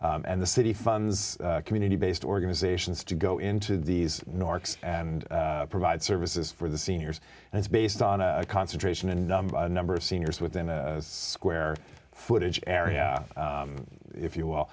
and the city funds community based organizations to go into these norks and provide services for the seniors and it's based on a concentration in the number of seniors within a square footage area if you will